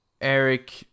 Eric